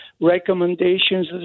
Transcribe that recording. recommendations